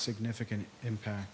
significant impact